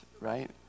right